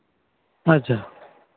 ᱟᱪᱪᱷᱟ